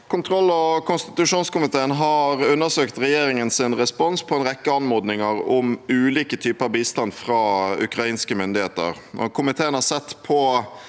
Kontroll- og konstitusjonskomiteen har undersøkt regjeringens respons på en rekke anmodninger om ulike typer bistand fra ukrainske myndigheter. Komiteen har sett på